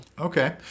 Okay